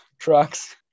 trucks